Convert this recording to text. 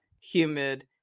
humid